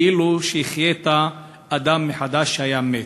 כאילו שהחיית מחדש אדם שהיה מת.